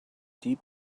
deep